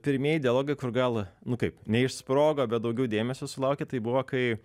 pirmieji dialogai kur gal nu kaip neišsprogo bet daugiau dėmesio sulaukė tai buvo kai